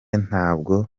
ntabwo